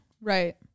Right